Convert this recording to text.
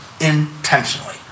intentionally